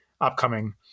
upcoming